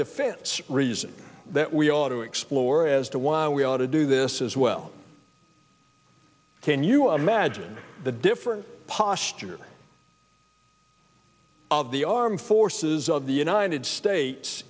defense reason that we ought to explore as to why we ought to do this as well can you imagine the different posture of the armed forces of the united states